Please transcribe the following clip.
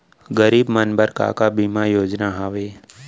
गरीब मन बर का का बीमा योजना हावे?